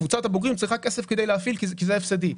קבוצת הבוגרים צריכה כסף כדי להפעיל כי זה הפסדי.